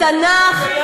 תנ"ך,